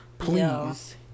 Please